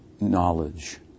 knowledge